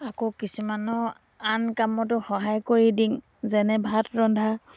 আকৌ কিছুমানৰ আন কামতো সহায় কৰি দিওঁ যেনে ভাত ৰন্ধা